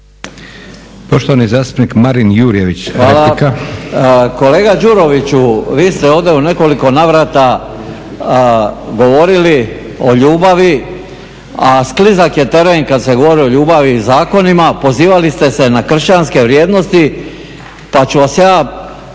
Poštovani zastupnik Marin Jurjević, replika. **Jurjević, Marin (SDP)** Hvala. Kolega Đuroviću, vi ste ovdje u nekoliko navrata govorili o ljubavi, a sklizak je teren kad se govori o ljubavi i zakonima. Pozivali ste se na kršćanske vrijednosti pa ću ja